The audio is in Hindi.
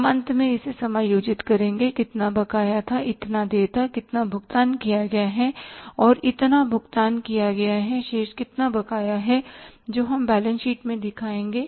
हम अंत में इसे समायोजित करेंगे कितना बकाया था इतना देय था कितना भुगतान किया गया है इतना भुगतान किया गया है शेष कितना बकाया है जो हम बैलेंस शीट में दिखाएंगे